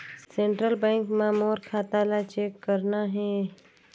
Central bank मां मोर खाता ला चेक करना हे?